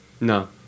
No